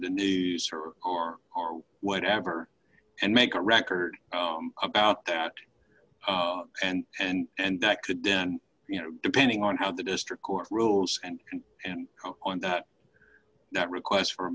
the new car or whatever and make a record about that and and that could then you know depending on how the district court rules and and on that that requests for